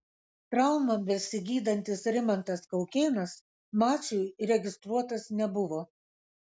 traumą besigydantis rimantas kaukėnas mačui registruotas nebuvo